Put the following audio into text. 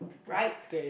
right